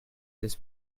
this